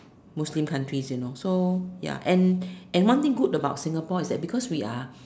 Muslim countries you know so ya and one thing good about Singapore is that because we are